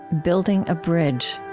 building a bridge